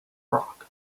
rock